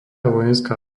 vojenská